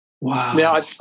Wow